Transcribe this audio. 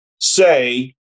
say